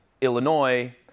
Illinois